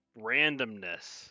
randomness